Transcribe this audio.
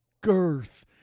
Girth